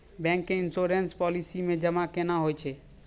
Bank के insurance policy मे जमा केना होय छै?